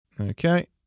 Okay